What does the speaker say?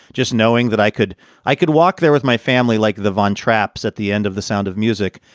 just knowing that i could i could walk there with my family like the von trapps at the end of the sound of music.